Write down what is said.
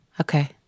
Okay